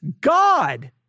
God